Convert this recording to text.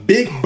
Big